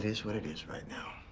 it is what it is right now.